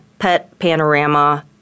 petpanorama